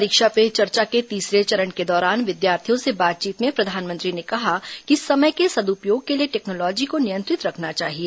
परीक्षा पे चर्चा के तीसरे चरण के दौरान विद्यार्थियों से बातचीत में प्रधानमंत्री ने कहा कि समय के सुदपयोग के लिए टेक्नोलॉजी को नियंत्रित रखना चाहिए